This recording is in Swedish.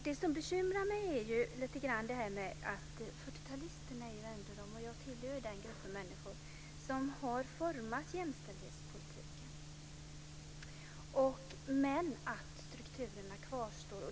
Det som bekymrar mig lite grann är att det är 40 talisterna - jag tillhör den gruppen människor - som har format jämställdhetspolitiken men att strukturerna kvarstår.